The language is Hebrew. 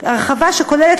הרחבה שכוללת,